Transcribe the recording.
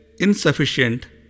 insufficient